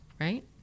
right